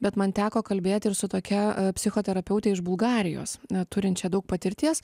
bet man teko kalbėt ir su tokia psichoterapeute iš bulgarijos neturinčią daug patirties